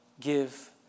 give